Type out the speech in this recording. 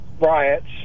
riots